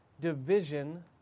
division